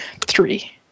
three